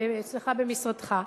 במשרדך.